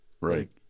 right